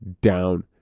down